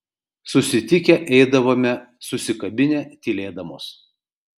susitikę eidavome susikabinę tylėdamos